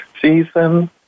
season